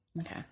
Okay